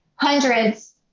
hundreds